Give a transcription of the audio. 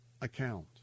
Account